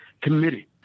committee